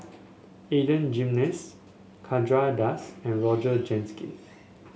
Adan Jimenez Chandra Das and Roger